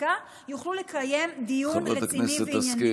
חקיקה יוכלו לקיים דיון רציני וענייני.